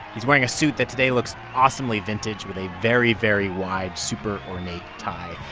he's wearing a suit that today looks awesomely vintage with a very, very wide, super-ornate tie.